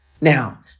Now